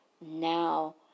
Now